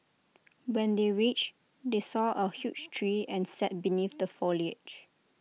when they reached they saw A huge tree and sat beneath the foliage